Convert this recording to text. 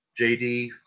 JD